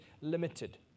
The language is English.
limited